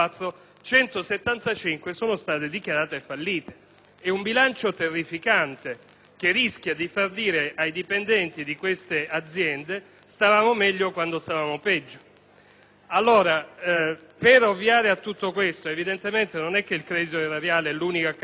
È un bilancio terrificante, che rischia di far dire ai dipendenti di queste aziende: «stavamo meglio quando stavamo peggio». Ovviamente, non è che il credito erariale è l'unica causa del fallimento della liquidazione, ma almeno